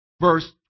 verse